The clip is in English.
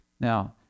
Now